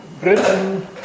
Britain